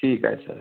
ठीक आहे सर